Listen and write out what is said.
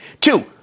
Two